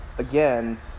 again